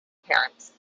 parents